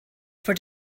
for